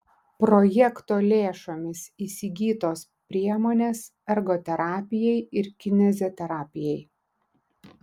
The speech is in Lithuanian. projekto lėšomis įsigytos priemonės ergoterapijai ir kineziterapijai